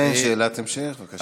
כן, שאלת המשך, בבקשה.